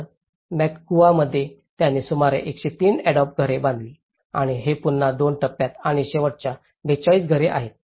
तर मॅकगुआमध्ये त्यांनी सुमारे 103 अॅडोब घरे बांधली आणि हे पुन्हा दोन टप्प्यात आणि शेवटच्या 42 घरे आहे